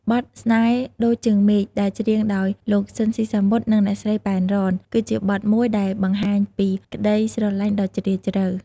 បទ ស្នេហ៍ដូចជើងមេឃ ដែលច្រៀងដោយលោក ស៊ីន ស៊ីសាមុត និងអ្នកស្រី ប៉ែន រ៉ន គឺជាបទមួយដែលបង្ហាញពីក្តីស្រឡាញ់ដ៏ជ្រាលជ្រៅ។